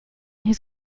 his